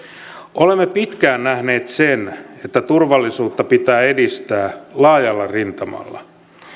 olemme pitkään nähneet sen että turvallisuutta pitää edistää laajalla rintamalla